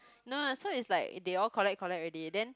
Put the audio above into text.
no lah so is like they all collect collect already then